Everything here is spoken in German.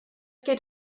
geht